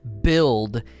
build